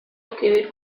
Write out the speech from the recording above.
escribir